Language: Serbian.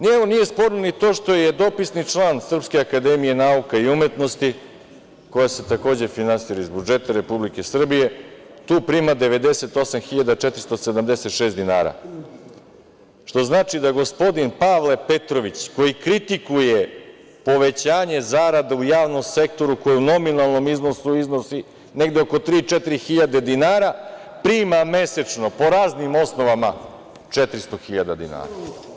Nije sporno ni to što je dopisni član SANU, koja se takođe finansira iz budžeta Republike Srbije, tu prima 98.476 dinara, što znači da gospodin Pavle Petrović, koji kritikuje povećanje zarada u javnom sektoru, koje u nominalnom iznosu iznosi negde oko tri, četiri hiljade dinara, prima mesečno po raznim osnovama 400.000 dinara.